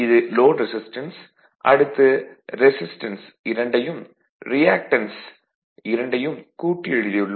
இது load resistance அடுத்து resistance இரண்டையும் ரியாக்டன்ஸ் இரண்டையும் கூட்டி எழுதியுள்ளோம்